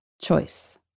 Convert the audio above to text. choice